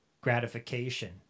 gratification